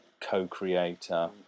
co-creator